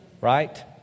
right